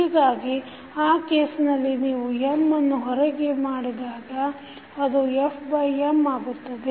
ಹೀಗಾಗಿ ಆ ಕೇಸ್ನಲ್ಲಿ ನೀವು M ಅನ್ನು ಹೊರಗೆ ಮಾಡಿದಾಗ ಅದು fM ಆಗುತ್ತದೆ